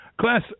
Class